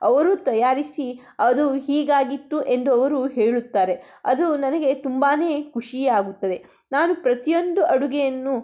ಅವರೂ ತಯಾರಿಸಿ ಅದು ಹೀಗಾಗಿತ್ತು ಎಂದು ಅವರು ಹೇಳುತ್ತಾರೆ ಅದು ನನಗೆ ತುಂಬಾ ಖುಷಿಯಾಗುತ್ತದೆ ನಾನು ಪ್ರತಿಯೊಂದು ಅಡುಗೆಯನ್ನು